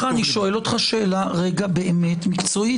שמחה, אני שואל אותך שאלה באמת מקצועית.